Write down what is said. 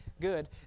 good